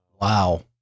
Wow